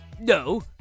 no